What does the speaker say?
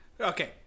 okay